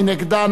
מי נגדה?